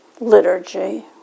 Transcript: liturgy